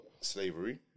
slavery